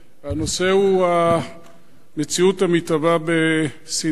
הנושא הוא המציאות המתהווה בסיני,